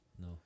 No